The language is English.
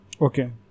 okay